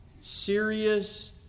Serious